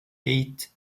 eight